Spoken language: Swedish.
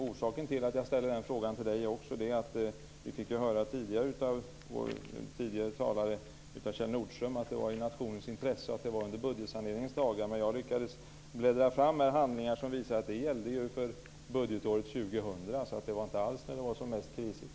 Orsaken till att jag ställer den frågan till Owe Hellberg också är att vi tidigare fick höra av Kjell Nordström att det var i nationens intresse och att det var under budgetsaneringens dagar. Men jag lyckas bläddra fram här i handlingar att det gällde för budgetåret 2000. Det var inte alls när det var som mest krisigt.